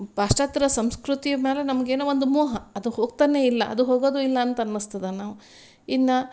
ಪಾಶ್ಚಾತ್ಯರ ಸಂಸ್ಕೃತಿ ಮೇಲೆ ನಮಗೇನೋ ಒಂದು ಮೋಹ ಅದು ಹೋಗ್ತಾ ಇಲ್ಲ ಅದು ಹೋಗೋದು ಇಲ್ಲ ಅಂತ ಅನ್ನಿಸ್ತದ ನಾವು ಇನ್ನು